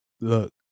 Look